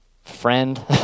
friend